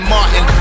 Martin